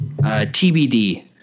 TBD